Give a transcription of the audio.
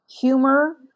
Humor